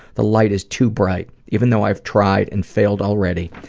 the light is too bright. even though i've tried and failed already,